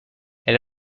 elle